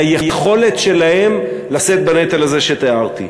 ליכולת שלהם לשאת בנטל הזה שתיארתי.